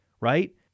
right